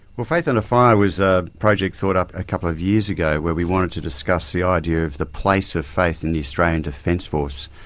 well faith under and fire was a project thought up a couple of years ago where we wanted to discuss the idea of the place of faith in the australian defence force.